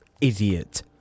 idiot